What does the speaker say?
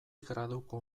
graduko